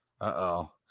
Uh-oh